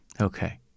Okay